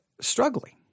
struggling